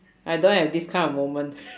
I don't have this kind of moment